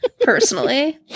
personally